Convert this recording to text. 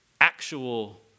actual